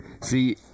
See